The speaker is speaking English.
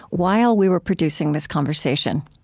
while we were producing this conversation.